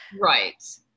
Right